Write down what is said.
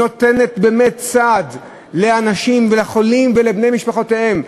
שנותנת באמת סעד לאנשים ולחולים ולבני משפחותיהם,